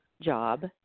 job